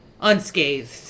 unscathed